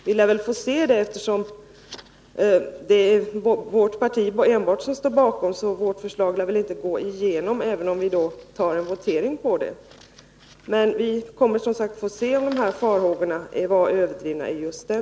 Vi lär få se om så är fallet, eftersom det är enbart vårt parti som står bakom vårt förslag. Det lär inte komma att bifallas, även om vi skulle begära votering om det.